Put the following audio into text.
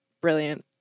brilliant